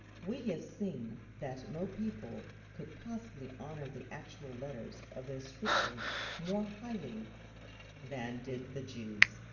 we have seen that no people could possibly honour the actual letters of the scripture more highly than did the jews.